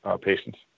patients